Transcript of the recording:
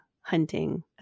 hunting